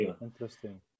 Interesting